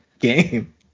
game